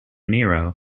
niro